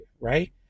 Right